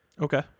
okay